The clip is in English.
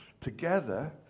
together